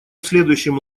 следующем